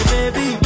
Baby